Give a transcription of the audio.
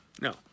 No